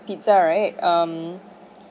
pizza right um